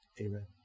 Amen